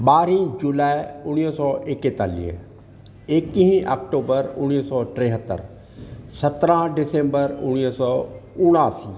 ॿारहीं जुलाई उणिवीह सौ एकतालीह एकीह अक्टूबर उणिवीह सौ टेहतरि सत्रहं डिसेंबर उणिवीह सौ उणासीं